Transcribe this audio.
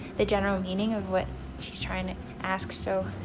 the general meaning of what she's trying to ask, so